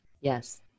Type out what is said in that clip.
yes